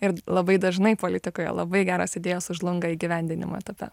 ir labai dažnai politikoje labai geros idėjos sužlunga įgyvendinimo etape